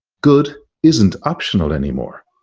good isn't optional anymore.